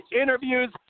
interviews